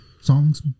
songs